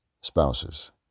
spouses